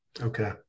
Okay